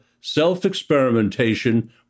self-experimentation